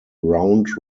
round